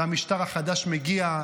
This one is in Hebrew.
והמשטר החדש מגיע.